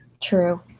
true